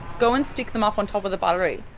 go and stick them up on top of the buttery.